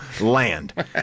land